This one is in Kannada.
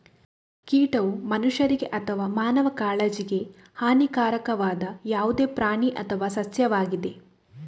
ಕೀಟವು ಮನುಷ್ಯರಿಗೆ ಅಥವಾ ಮಾನವ ಕಾಳಜಿಗೆ ಹಾನಿಕಾರಕವಾದ ಯಾವುದೇ ಪ್ರಾಣಿ ಅಥವಾ ಸಸ್ಯವಾಗಿದೆ